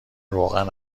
روغن